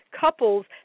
couples